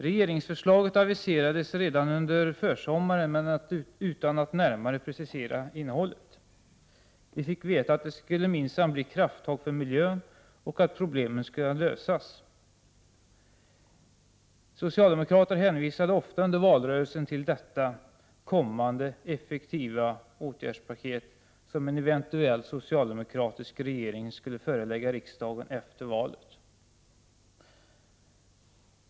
Regeringsförslaget aviserades redan under försommaren men utan närmare precisering av innehållet. Vi fick veta att det minsann skulle bli krafttag för miljön och att problemen skulle lösas. Socialdemokraterna hänvisade under valrörelsen ofta till detta kommande effektiva åtgärdspaket som en eventuell socialdemokratisk regering skulle förelägga riksdagen efter valet.